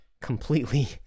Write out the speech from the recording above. completely